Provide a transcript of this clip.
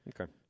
Okay